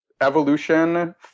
evolution